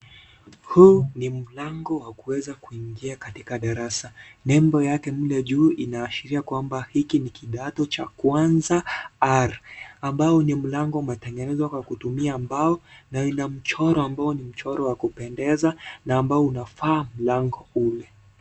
Huu ni mlango, wa kuweza kuingia katika darasa, nembo yake mle juu, inaashiria hiki ni kidato cha kwanza, R, ambao ni mlango umetengenezwa kwa kutumia mbao, na ina mchoro ambao ni mchoro wa kupendeza ambao, unafaa lango ule.